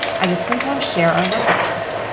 i just sometimes share our leftovers.